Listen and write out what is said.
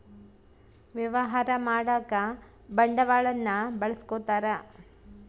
ವ್ಯವಹಾರ ಮಾಡಕ ಬಂಡವಾಳನ್ನ ಬಳಸ್ಕೊತಾರ